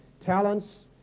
talents